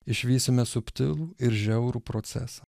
išvysime subtilų ir žiaurų procesą